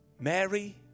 Mary